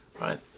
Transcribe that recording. right